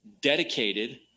Dedicated